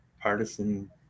partisan